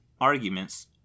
arguments